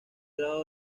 grado